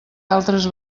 altres